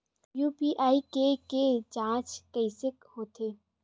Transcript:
UPI के के जांच कइसे होथे?